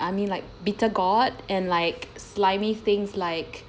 I mean like bitter gourd and like slimy things like